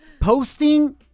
posting